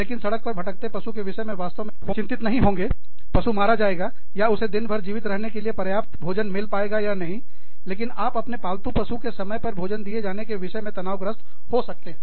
लेकिन सड़क का भटकते पशु के विषय में वास्तव में चिंतित नहीं होंगे कि पशु मारा जाएगा या उसे दिन भर जीवित रहने के लिए पर्याप्त भोजन मिल पाएगा या नहीं लेकिन आप अपने पालतू पशु के समय पर भोजन दिए जाने के विषय में तनाव ग्रस्त हो सकते है